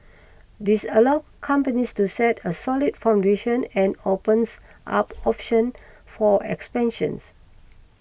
this allow companies to set a solid foundation and opens up options for expansions